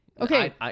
okay